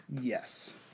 yes